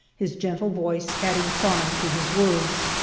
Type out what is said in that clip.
his gentle voice adding charm to his words.